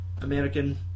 American